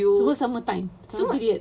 semua sama time activate